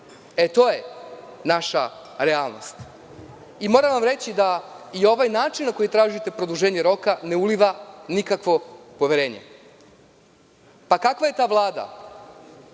To je naša realnost. Moram vam reći da i ovaj način na koji tražite produženje roka ne uliva nikakvo poverenje. Kakva je ta vlada